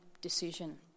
decision